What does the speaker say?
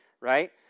right